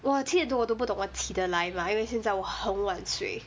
!wah! 七点多我都不懂我起得来 mah 因为我现在很晚睡